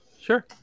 sure